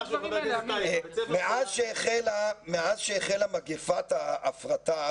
מאז שהחלה מאז שהחלה מגפת ההפרטה,